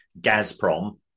Gazprom